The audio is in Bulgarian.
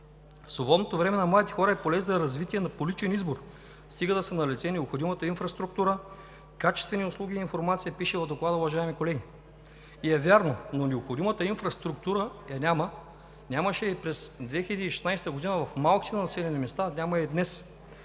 „Свободното време на младите хора е поле за развитие по личен избор, стига да са налице необходимата инфраструктура, качествени услуги и информация“ – пише в Доклада, уважаеми колеги, и е вярно. Но необходимата инфраструктура я няма, нямаше я и през 2016 г. в малките населени места, няма я и днес,